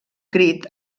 crit